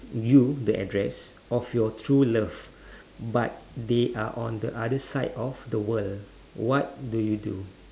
you the address of your true love but they are on the other side of the world what do you do